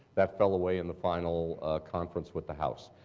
that fell away in the final conference with the house.